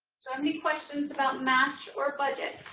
so any questions about match or budget?